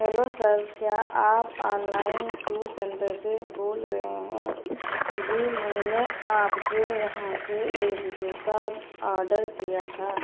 hello sir کیا آپ online shoe centre سے بول رہے ہیں جی میں نے آپ کے یہاں سے ایک جوتا آڈر کیا تھا